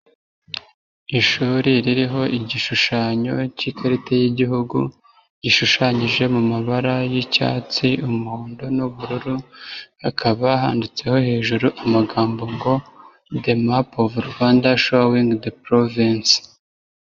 Ishuri ririho igishushanyo k'ikarita y'igihugu gishushanyije mu mabara y'icyatsi, umuhondo, n'ubururu, hakaba handitseho hejuru amagambo ngo the map of Rwanda showing the province.